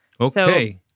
Okay